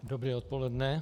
Dobré odpoledne.